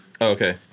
Okay